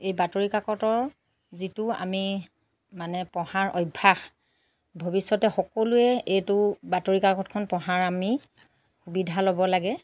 এই বাতৰি কাকতৰ যিটো আমি মানে পঢ়াৰ অভ্যাস ভৱিষ্যতে সকলোৱে এইটো বাতৰি কাকতখন পঢ়াৰ আমি সুবিধা ল'ব লাগে